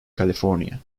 california